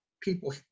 people